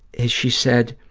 is she said,